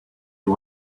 you